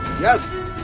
Yes